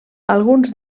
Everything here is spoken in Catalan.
alguns